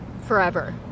forever